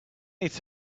need